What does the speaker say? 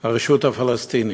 הרשות הפלסטינית,